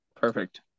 Perfect